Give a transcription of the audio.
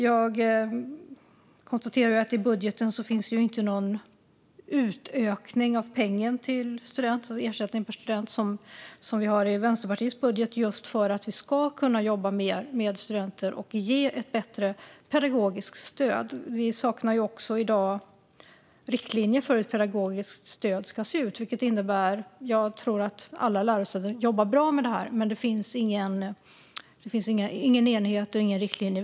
Jag konstaterar att det i budgeten inte finns någon utökning av pengen till, det vill säga ersättningen för, varje student. Det har vi i Vänsterpartiets budgetförslag just för att man ska kunna jobba mer med studenter och ge ett bättre pedagogiskt stöd. Vi saknar i dag också riktlinjer för hur ett pedagogiskt stöd ska se ut. Jag tror att alla lärosäten jobbar bra med detta, men det finns ingen enighet och ingen riktlinje.